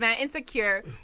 insecure